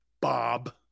Bob